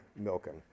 Milken